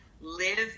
live